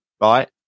Right